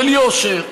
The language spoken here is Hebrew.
של יושר,